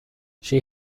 she